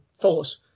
force